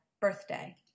Birthday